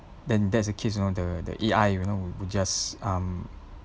then there's a case you know the the A_I you know who just um